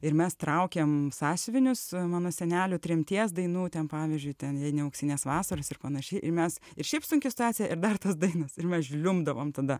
ir mes traukėm sąsiuvinius mano senelių tremties dainų ten pavyzdžiui ten jei ne auksinės vasaros ir panašiai ir mes ir šiaip sunki situacija ir dar tos dainos ir mes žliumbdavom tada